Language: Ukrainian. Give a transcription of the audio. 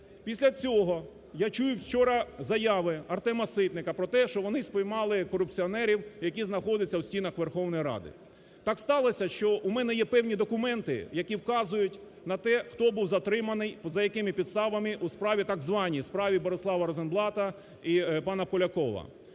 Після цього я чую вчора заяви Артема Ситника про те, що вони спіймали корупціонерів, які знаходяться в стінах Верховної Ради. Так сталося, що у мене є певні документи, які вказують на те, хто був затриманий, за якими підставами у справі, так званій, справі Борислава Розенблата і пана Полякова.